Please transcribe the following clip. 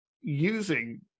using